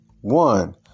One